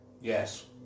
Yes